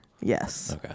Yes